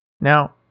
Now